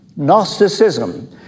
Gnosticism